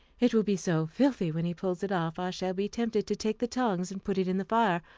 it will be so filthy when he pulls it off, i shall be tempted to take the tongs and put it in the fire.